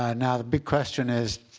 ah now the big question is,